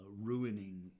ruining